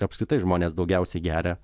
apskritai žmonės daugiausiai geria